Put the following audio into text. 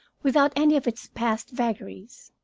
without any of its past vagaries.